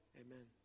Amen